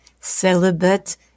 celibate